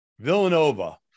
Villanova